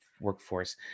workforce